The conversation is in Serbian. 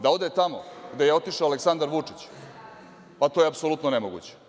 Da ode tamo gde je otišao Aleksandar Vučić, pa to je apsolutno nemoguće.